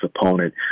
opponent